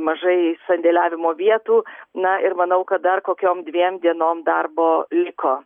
mažai sandėliavimo vietų na ir manau kad dar kokiom dviem dienom darbo liko